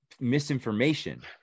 misinformation